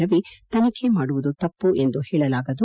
ರವಿ ತನಿಖೆ ಮಾಡುವುದು ತಪ್ಪು ಎಂದು ಹೇಳಲಾಗದು